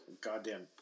goddamn